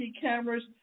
cameras